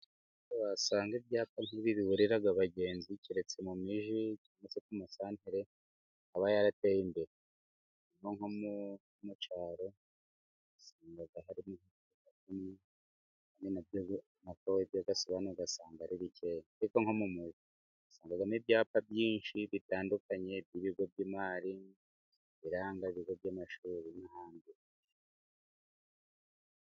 Naho wasanga ibyapa, ibi biburira abagenzi, keretse mu mijyi cyangwa se ku masantere aba yarateye imbere. Nko mu cyaro, usanga harimo ibyapa bikeya kandi bitandukanye. Ariko nko mu mijyi, usangamo ibyapa byinshi bitandukanye, ibiranga ibigo by'imari, ibiranga ibigo by'amashuri, n'abandi.